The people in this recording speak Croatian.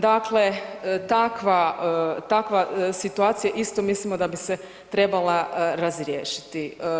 Dakle, takva situacija isto mislimo da bi se trebala razriješiti.